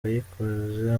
yayikoze